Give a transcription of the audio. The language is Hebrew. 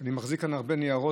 אני מחזיק כאן הרבה ניירות,